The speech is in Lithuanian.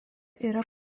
yra